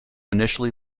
initially